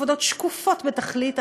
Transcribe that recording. עבודות שקופות בתכלית,